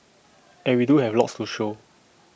and we do have lots to show